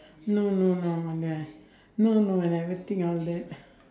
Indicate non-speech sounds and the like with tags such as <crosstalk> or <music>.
no no no no no ya no no no I never think all that <laughs>